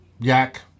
Yak